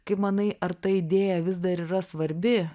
kaip manai ar ta idėja vis dar yra svarbi